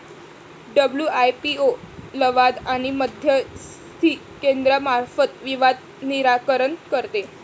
WIPO लवाद आणि मध्यस्थी केंद्रामार्फत विवाद निराकरण करते